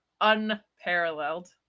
Unparalleled